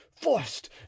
forced